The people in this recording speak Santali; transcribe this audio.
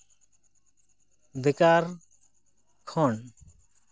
ᱵᱮᱠᱟᱨ ᱠᱷᱚᱱ